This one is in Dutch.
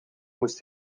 moest